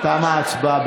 תמה ההצבעה.